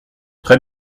très